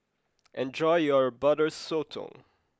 enjoy your butter Sotong